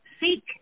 seek